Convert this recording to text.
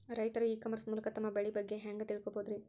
ರೈತರು e commerce ಮೂಲಕ ತಮ್ಮ ಬೆಳಿ ಬಗ್ಗೆ ಹ್ಯಾಂಗ ತಿಳ್ಕೊಬಹುದ್ರೇ?